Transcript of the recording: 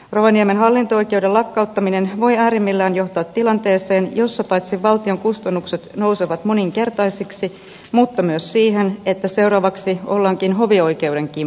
rovaniemen hallinto oikeuden lakkauttaminen voi äärimmillään johtaa tilanteeseen jossa paitsi valtion kustannukset nousevat moninkertaisiksi seuraavaksi ollaankin hovioikeuden kimpussa